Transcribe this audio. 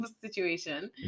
situation